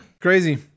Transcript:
Crazy